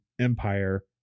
Empire